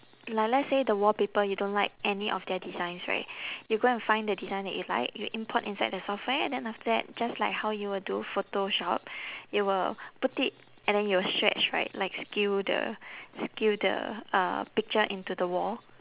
like let's say the wallpaper you don't like any of their designs right you go and find the design that you like you import inside the software and then after that just like how you will do photoshop it will put it and then it will stretch right like skew the skew the uh picture into the wall